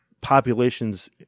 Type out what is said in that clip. populations